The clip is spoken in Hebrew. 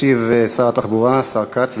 משיב שר התחבורה, השר כץ.